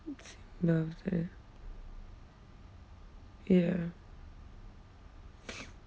it's the after that ya